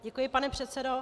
Děkuji, pane předsedo.